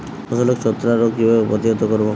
ফসলের ছত্রাক রোগ কিভাবে প্রতিহত করব?